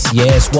yes